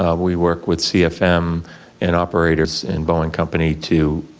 ah we work with cfm and operators in boeing company to